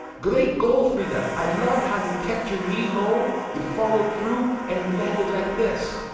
great goal freda, ah i love how you kept your knee low, you followed through, and you landed like this.